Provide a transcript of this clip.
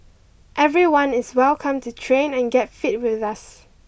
everyone is welcome to train and get fit with us